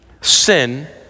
Sin